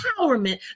empowerment